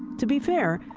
to be fair,